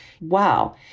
wow